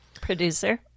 producer